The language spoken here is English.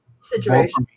situation